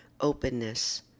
openness